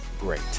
great